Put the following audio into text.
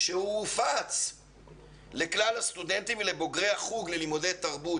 שהופץ לכלל הסטודנטים ולבוגרי החוג ללימודי תרבות,